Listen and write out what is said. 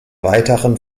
weiteren